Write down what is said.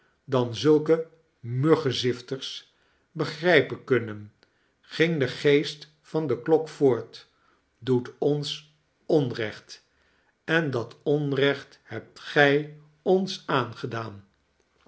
dan zuike muggenzifters begrijpen kunnen ging de geest van de klok voort doet ons onrecht en dat onrecht hebt gij ons aangedaan